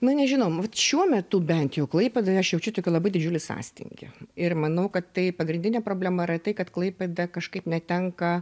nu nežinau nu vat šiuo metu bent jau klaipėdoj aš jaučiu tokį labai didžiulį sąstingį ir manau kad tai pagrindinė problema yra tai kad klaipėda kažkaip netenka